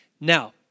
Now